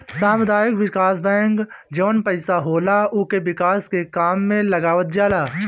सामुदायिक विकास बैंक जवन पईसा होला उके विकास के काम में लगावल जाला